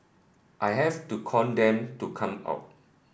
I have to con them to come out